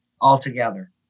altogether